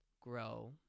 grow